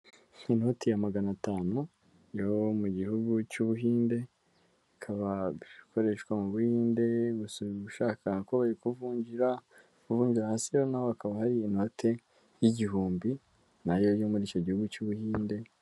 Inoti ya magana atanu yo mu gihugu cy'Ubuhinde, ikaba ikoreshwa mu Buhinde, gusa ushaka ko bayikuvunjira bakuvunjira, hasi rero naho hakaba hari inoti y'igihumbi nayo yo muri icyo gihugu cy'Ubuhinde.